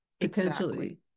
potentially